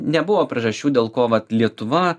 nebuvo priežasčių dėl ko vat lietuva